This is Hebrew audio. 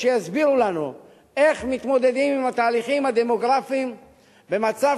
שיסבירו לנו איך מתמודדים עם התהליכים הדמוגרפיים במצב